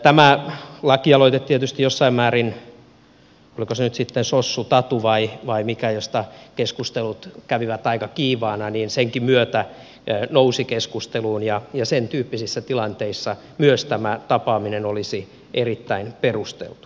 tämä lakialoite tietysti jossain määrin senkin myötä oliko se nyt sitten sossu tatu vai mikä josta keskustelut kävivät aika kiivaina nousi keskusteluun ja myös sentyyppisissä tilanteissa tämä tapaaminen olisi erittäin perusteltu